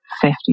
Fifty